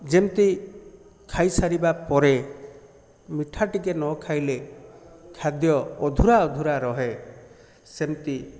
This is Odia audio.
ଯେମିତି ଖାଇ ସାରିବା ପରେ ମିଠା ଟିକେ ନ ଖାଇଲେ ଖାଦ୍ୟ ଅଧୁରା ଅଧୁରା ରହେ ସେମିତି